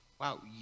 wow